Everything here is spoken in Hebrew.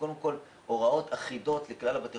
קודם כל הוראות אחידות של משרד הבריאות לכלל בתי